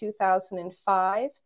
2005